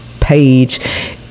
page